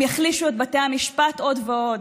הם יחלישו את בתי המשפט עוד ועוד,